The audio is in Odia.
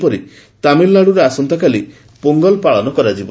ସେହିପରି ତାମିଲନାଡ଼ୁରେ ଆସନ୍ତାକାଲି ପୋଙ୍ଗଲ ପାଳନ କରାଯିବ